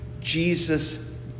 Jesus